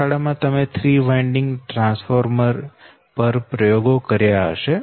પ્રયોગશાળા માં તમે 3 વાઇન્ડિંગ ટ્રાન્સફોર્મર પર પ્રયોગો કર્યા હશે